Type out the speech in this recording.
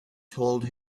told